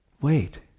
wait